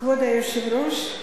כבוד היושב-ראש,